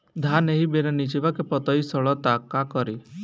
धान एही बेरा निचवा के पतयी सड़ता का करी?